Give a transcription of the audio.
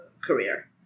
career